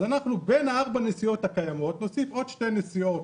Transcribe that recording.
אז בין ארבע הנסיעות הקיימות נוסיף עוד שתי נסיעות